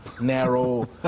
narrow